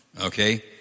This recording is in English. Okay